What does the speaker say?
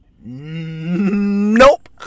Nope